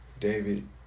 David